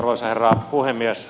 arvoisa herra puhemies